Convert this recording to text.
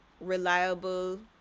reliable